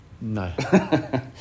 No